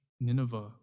Nineveh